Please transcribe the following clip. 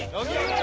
okay.